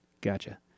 Gotcha